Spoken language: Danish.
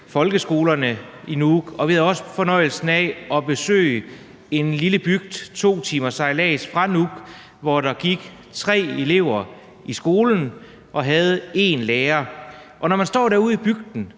folkeskolerne i Nuuk, og vi havde også fornøjelsen af at besøge en lille bygd 2 timers sejlads fra Nuuk, hvor der gik tre elever i skolen, og hvor de havde én lærer. Og når man står derude i bygden,